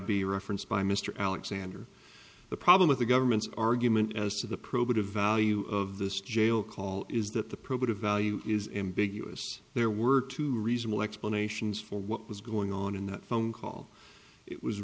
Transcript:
be referenced by mr alexander the problem with the government's argument as to the probative value of this jail call is that the probative value is ambiguous there were two reasonable explanations for what was going on in that phone call it was